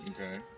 Okay